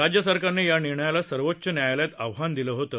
राज्य सरकारने या निर्णयाला सर्वोच्च न्यायालयात आव्हान दिलं होतं